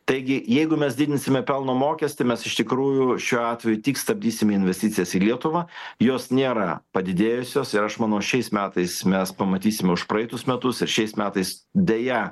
taigi jeigu mes didinsime pelno mokestį mes iš tikrųjų šiuo atveju tik stabdysime investicijas į lietuvą jos nėra padidėjusios ir aš manau šiais metais mes pamatysim už praeitus metus ir šiais metais deja